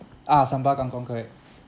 ah sambal kangkong correct